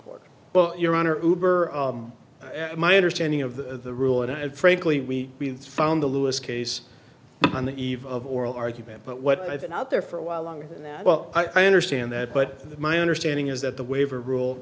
court well your honor and my understanding of the rule and frankly we found the lewis case on the eve of oral argument but what i've been up there for a while longer than that well i understand that but my understanding is that the waiver rule